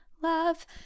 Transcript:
love